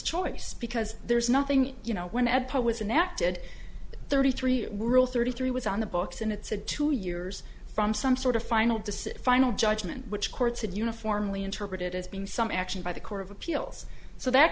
choice because there's nothing you know when ed poll was inactive thirty three rule thirty three was on the books and it said two years from some sort of final decision final judgment which courts had uniformly interpreted as being some action by the court of appeals so that